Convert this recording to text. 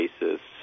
basis